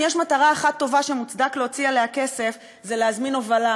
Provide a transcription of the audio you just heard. שאם יש מטרה אחת טובה שמוצדק להוציא עליה כסף זה להזמין הובלה,